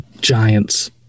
giants